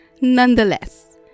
nonetheless